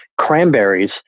Cranberries